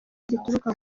gituruka